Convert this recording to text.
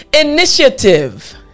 initiative